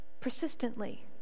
persistently